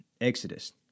Exodus